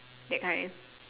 that kind